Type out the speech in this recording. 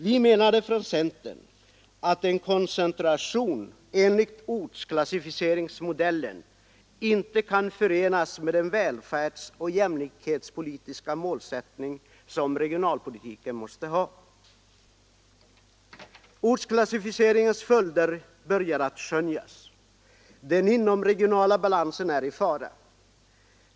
Vi menade från centern att en koncentration enligt ortsklassificeringsmodellen inte kan förenas med den välfärdsoch jämlikhetspolitiska målsättning som regionalpolitiken måste ha. Ortsklassificeringens följder börjar nu skönjas. Den inomregionala balansen är i fara.